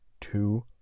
two